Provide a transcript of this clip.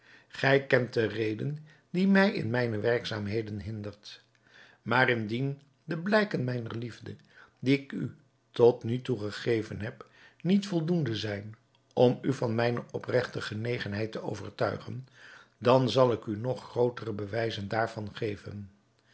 gij kent de reden die mij in mijne werkzaamheden hindert maar indien de blijken mijner liefde die ik u tot nu toe gegeven heb niet voldoende zijn om u van mijne opregte genegenheid te overtuigen dan zal ik u nog grootere bewijzen daarvan geven